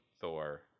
Thor